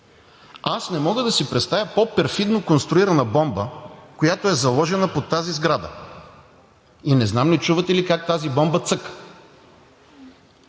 Не мога да си представя пό перфидно конструирана бомба, която е заложена под тази сграда и не знам – не чувате ли как тази бомба цъка?